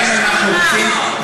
אבל עדיין אנחנו הולכים,